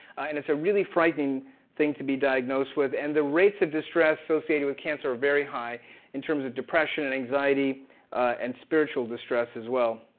and it's a really frightening thing to be diagnosed with. and the rates of distress associated with cancer are very high in terms of depression and anxiety and spiritual distress, as well.